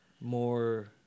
more